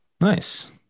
Nice